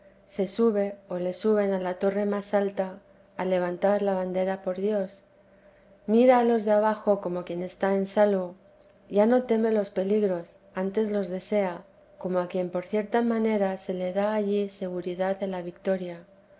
se sube o le suben a la torre más alta a levantar la bandera por dios mira a los de abajo como quien está en salvo ya no teme los peligros antes desea como a quien por cierta manera se le da allí seguridad de la victoria